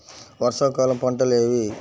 వర్షాకాలం పంటలు ఏవి?